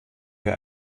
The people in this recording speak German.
der